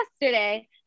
yesterday